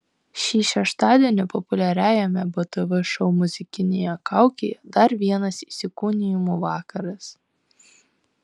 šį šeštadienį populiariajame btv šou muzikinėje kaukėje dar vienas įsikūnijimų vakaras